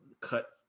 cut